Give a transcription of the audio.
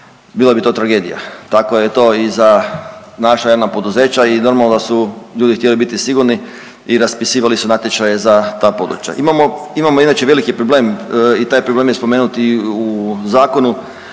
bila bi to tragedija. Tako je to i za naša javna poduzeća i normalno da su ljudi htjeli biti sigurni i raspisivali su natječaje za ta područja. Imamo, imamo inače veliki problem i taj problem je spomenut i u zakonu,